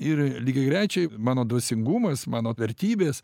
ir lygiagrečiai mano dvasingumas mano vertybės